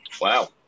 Wow